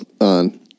on